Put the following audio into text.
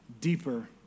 deeper